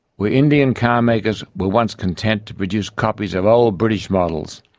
where indian car makers were once content to produce copies of old british models,